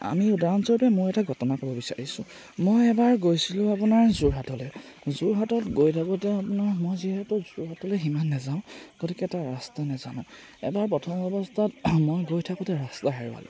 আমি উদাহৰণস্বৰূপে মই এটা ঘটনা ক'ব বিচাৰিছোঁ মই এবাৰ গৈছিলোঁ আপোনাৰ যোৰহাটলে যোৰহাটত গৈ থাকোঁতে আপোনাৰ মই যিহেতু যোৰহাটলে সিমান নেযাওঁ গতিকে এটাও ৰাস্তা নেজানোঁ এবাৰ প্ৰথম অৱস্থাত মই গৈ থাকোঁতে ৰাস্তা হেৰুৱালোঁ